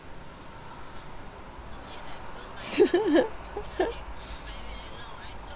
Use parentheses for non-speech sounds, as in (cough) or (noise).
(laughs)